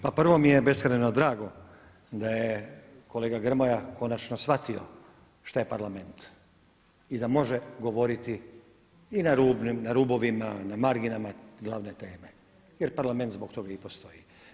Pa prvo mi je beskrajno drago da je kolega Grmoja konačno shvatio šta je Parlament i da može govoriti i na rubovima, na marginama glavne teme jer Parlament zbog toga i postoji.